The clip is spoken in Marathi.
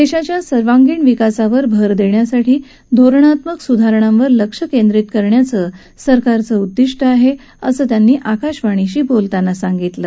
देशाच्या सर्वांगीण विकासावर भर देण्यासाठी धोरणात्मक सुधारणांवर लक्ष केंद्रीत करण्याचं सरकारचं ध्येय आहे असं त्यांनी आकाशवाणीशी बोलताना सांगितलं